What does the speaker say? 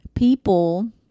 people